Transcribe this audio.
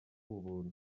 ubuntu